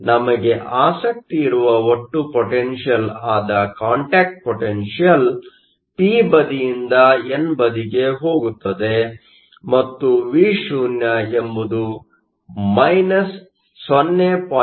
ನಮಗೆ ಆಸಕ್ತಿ ಇರುವ ಒಟ್ಟು ಪೊಟೆನ್ಷಿಯಲ್Potential ಆದ ಕಾಂಟ್ಯಾಕ್ಟ್ ಪೊಟೆನ್ಷಿಯಲ್ಪಿ ಬದಿಯಿಂದ ಎನ್ ಬದಿಗೆ ಹೋಗುತ್ತದೆ ಮತ್ತು Vo ಎಂಬುದು 0